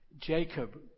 Jacob